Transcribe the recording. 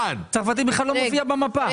בצרפתית בכלל לא מופיע במפה.